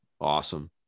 Awesome